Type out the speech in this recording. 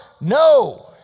No